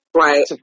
right